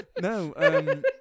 No